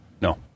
no